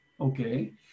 okay